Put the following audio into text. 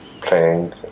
playing